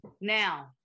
now